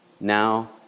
Now